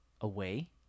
away